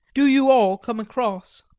do you all come across.